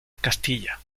castilla